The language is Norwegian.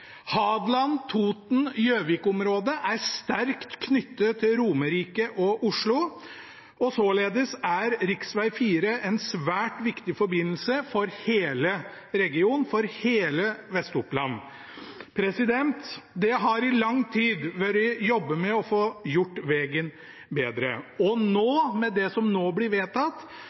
Hadeland, Toten og Gjøvik-området er sterkt knyttet til Romerike og Oslo, og således er rv. 4 en svært viktig forbindelse for hele regionen, for hele Vest-Oppland. Det har i lang tid vært jobbet med å få gjort vegen bedre, og med det som nå blir vedtatt,